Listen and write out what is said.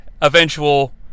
eventual